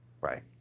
Right